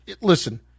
listen